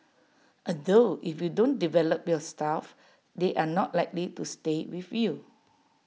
although if you don't develop your staff they are not likely to stay with you